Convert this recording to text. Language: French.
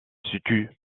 situent